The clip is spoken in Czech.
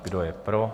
Kdo je pro?